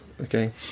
Okay